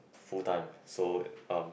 full time so um